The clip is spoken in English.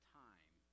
time